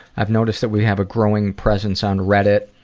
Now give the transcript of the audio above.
i've noticed that we have a growing presence on reddit.